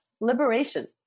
liberation